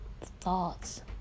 thoughts